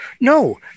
no